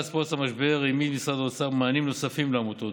מאז פרוץ המשבר העמיד משרד האוצר מענים נוספים לעמותות,